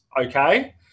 okay